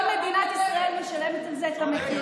כל מדינת ישראל משלמת על זה את המחיר.